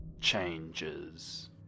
Changes